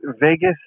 Vegas